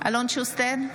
אלון שוסטר,